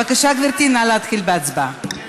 בבקשה, גברתי, נא להתחיל בהצבעה.